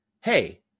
hey